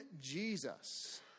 Jesus